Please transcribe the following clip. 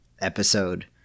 episode